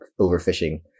overfishing